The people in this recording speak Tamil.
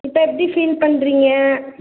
இப்போ எப்படி ஃபீல் பண்ணுறீங்க